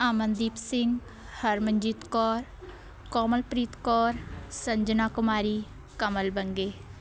Amandeep Singh Harmanjit Kaur Komalpreet Kaur Sanjana Kumari Kamal Banke